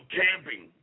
camping